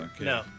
No